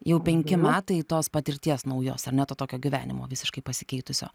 jau penki metai tos patirties naujos ar ne to tokio gyvenimo visiškai pasikeitusio